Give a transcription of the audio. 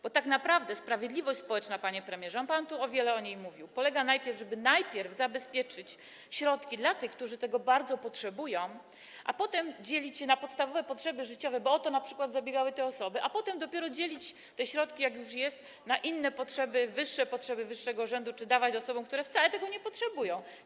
Bo tak naprawdę sprawiedliwość społeczna, panie premierze, bo pan tu wiele o niej mówił, polega na tym, żeby najpierw zabezpieczyć środki dla tych, którzy tego bardzo potrzebują, dzielić je na podstawowe potrzeby życiowe, bo o to np. zabiegały te osoby, a potem dopiero dzielić te środki, jak już są, na inne potrzeby, wyższe potrzeby, potrzeby wyższego rzędu, dawać osobom, które wcale tego nie potrzebują.